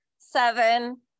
seven